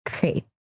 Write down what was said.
great